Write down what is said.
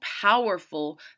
powerful